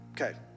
Okay